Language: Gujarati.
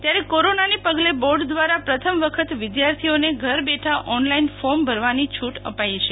ત્યારે કોરોનાને પગલે બોર્ડ દ્રારા પ્રથમ વખત વિધાર્થીઓને ઘર બેઠા ઓનલાઈન ફોર્મ ભરવાની છુટ અપાઈ છે